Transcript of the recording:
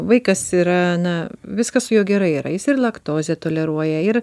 vaikas yra na viskas su juo gerai yra jis ir laktozę toleruoja ir